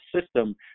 system